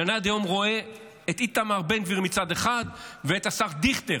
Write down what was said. ועד היום אני רואה את איתמר בן גביר מצד אחד ואת השר דיכטר,